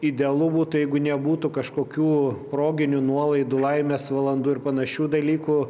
idealu būtų jeigu nebūtų kažkokių proginių nuolaidų laimės valandų ir panašių dalykų